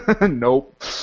nope